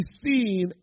seen